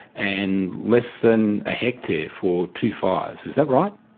and less than a hectare for two fires, is that right?